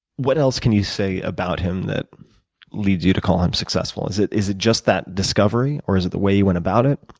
what else can you say about him that leads you to call him successful? is it is it just that discovery, or is it the way he went about it?